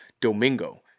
Domingo